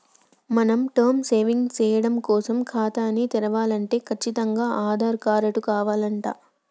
మనం term savings సేయడం కోసం ఖాతాని తెరవలంటే కచ్చితంగా ఆధార్ కారటు కావాలంట